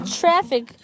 traffic